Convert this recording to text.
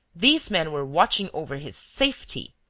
these men were watching over his safety!